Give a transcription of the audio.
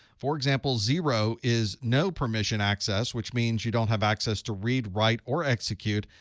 for example zero is no permission access, which means you don't have access to read, write, or execute,